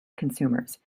consumers